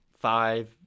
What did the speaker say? five